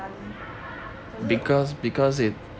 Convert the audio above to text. darlie 可是 oh